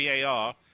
VAR